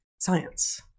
science